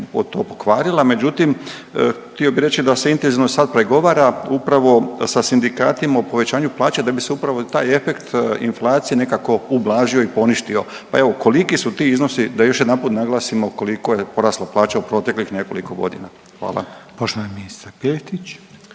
to pokvarila, međutim htio bi reći da se intenzivno sad pregovara upravo sa sindikatima o povećanju plaća da bi se upravo taj efekt inflacije nekako ublažio i poništio, pa evo koliki su ti iznosi da još jedanput naglasimo koliko je porasla plaća u proteklih nekoliko godina, hvala. **Reiner,